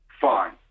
fine